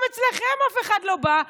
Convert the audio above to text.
ומאצלכם אף אחד לא בא,